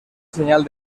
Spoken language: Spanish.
señal